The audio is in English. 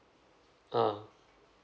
ah